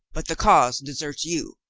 but the cause deserts you.